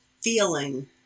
feeling